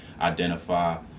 identify